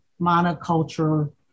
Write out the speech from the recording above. monoculture